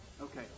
Okay